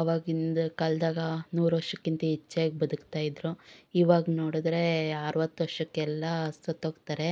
ಆವಾಗಿನ ಕಾಲ್ದಾಗೆ ನೂರು ವರ್ಷಕ್ಕಿಂತ ಹೆಚ್ಚಾಗಿ ಬದುಕ್ತಾಯಿದ್ರು ಇವಾಗ ನೋಡಿದ್ರೆ ಅರವತ್ತು ವರ್ಷಕ್ಕೆಲ್ಲ ಸತ್ತೋಗ್ತಾರೆ